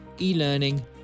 e-learning